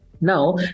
Now